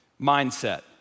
mindset